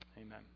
Amen